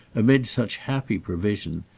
amid such happy provision,